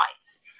rights